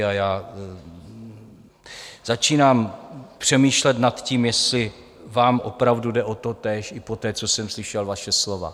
A já začínám přemýšlet nad tím, jestli vám opravdu jde o totéž, i poté, co jsem slyšel vaše slova.